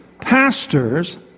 pastors